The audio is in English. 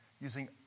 using